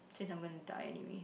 since I'm going to die anyway